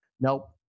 Nope